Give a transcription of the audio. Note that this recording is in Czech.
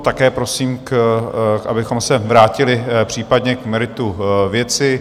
Také prosím, abychom se vrátili případně k meritu věci.